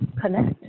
connect